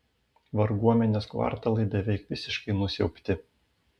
varguomenės kvartalai beveik visiškai nusiaubti